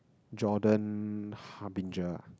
Jordan-Harbinger